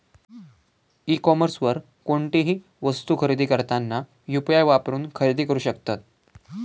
E कॉमर्सवर कोणतीही वस्तू खरेदी करताना यू.पी.आई वापरून खरेदी करू शकतत